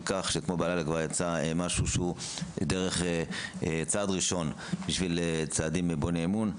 כך שאמש כבר יצא משהו שהוא צעד ראשון בונה אמון.